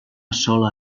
sola